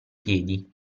piedi